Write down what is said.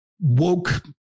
woke